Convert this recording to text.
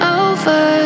over